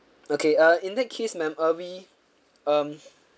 okay uh in that case ma'am uh we um